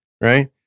Right